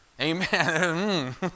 Amen